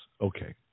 okay